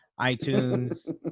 iTunes